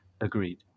Agreed